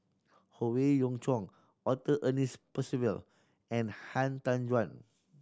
Howe Yoon Chong Arthur Ernest Percival and Han Tan Juan